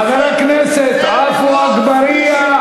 חבר הכנסת עפו אגבאריה.